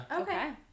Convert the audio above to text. Okay